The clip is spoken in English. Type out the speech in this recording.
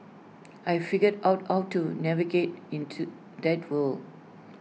I figured out how to navigate in to that world